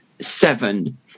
seven